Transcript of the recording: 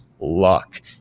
luck